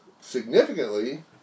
significantly